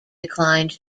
declined